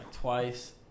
twice